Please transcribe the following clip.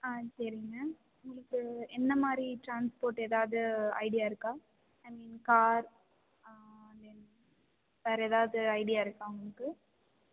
ஆ சரிங்க உங்களுக்கு என்னமாதிரி ட்ரான்ஸ்போர்ட் எதாது ஐடியா இருக்கா ஐ மீன் கார் தென் வேறே எதாவது ஐடியா இருக்கா உங்களுக்கு